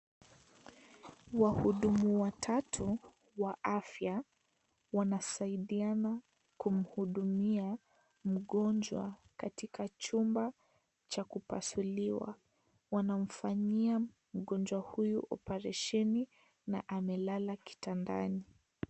Wahudumu watatu wa afya wanasaidiana kumuhudumia mgonjwa katika chumba cha kupasuliwa wanamfanyia mgonjwa huyu operesheni na amelala kitandani.